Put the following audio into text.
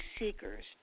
seekers